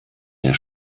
der